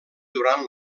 durant